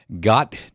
got